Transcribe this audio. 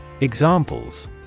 Examples